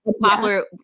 popular